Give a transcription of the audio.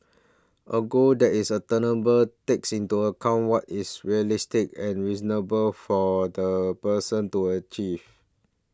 a goal that is attainable takes into account what is realistic and reasonable for the person to achieve